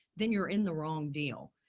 then you're in the wrong deal.